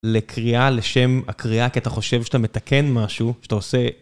לקריאה לשם הקריאה, כי אתה חושב שאתה מתקן משהו, שאתה עושה...